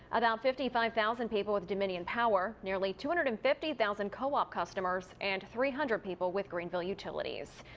about fifty five thousand people with dominion power. nearly two hundred and fifty thousand co-op customers. and three hundred people with greenville utilities.